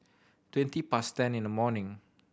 twenty past ten in the morning